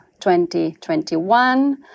2021